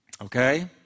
Okay